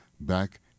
back